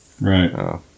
Right